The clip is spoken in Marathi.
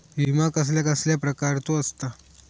विमा कसल्या कसल्या प्रकारचो असता?